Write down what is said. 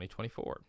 2024